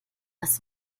das